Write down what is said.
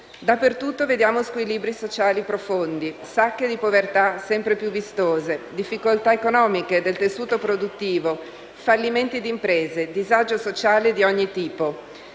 Dappertutto vediamo squilibri sociali profondi, sacche di povertà sempre più vistose, difficoltà economiche del tessuto produttivo, fallimenti di imprese, disagio sociale di ogni tipo.